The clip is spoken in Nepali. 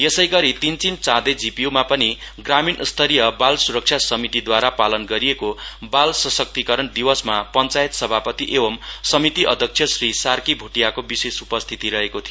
यसैगरी तीनचिम चाँदे जिपियमा पनि ग्रामीण स्तरिय बाल सुरक्षा समितिद्वारा पालन गरिएको बाल सशक्तिकरण दिवसमा पञ्चायत सभापति एंव समिति अध्यक्ष श्री सार्की भोटीयाको विशेष उपस्थिति रहेको थियो